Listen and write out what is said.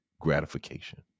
gratification